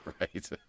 right